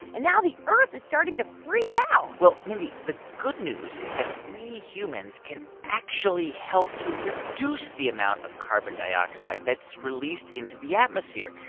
and now the earth is starting to freak out well, mindy, the good news is that we humans can actually help to reduce the amount of carbon dioxide that's released into the atmosphere.